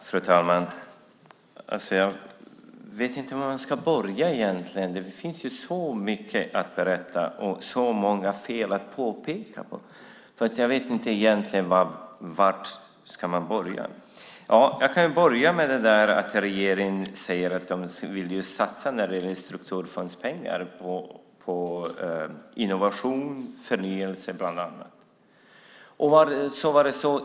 Fru talman! Jag vet inte var jag ska börja. Det finns så mycket att berätta och så många fel att påpeka. Jag kan börja med att regeringen säger att man vill satsa strukturfondspengar på innovation och förnyelse.